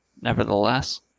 nevertheless